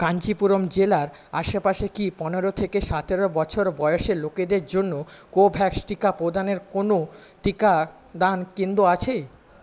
কাঞ্চিপুরম জেলার আশেপাশে কি পনেরো থেকে সতেরো বছর বয়সের লোকেদের জন্য কোভ্যাক্স টিকা প্রদানের কোনো টিকাদান কেন্দ্র আছে